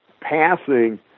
passing